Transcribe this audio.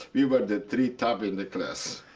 we were the three top in the class.